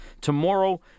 tomorrow